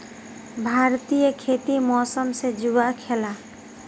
भारतीय खेती मौसम से जुआ खेलाह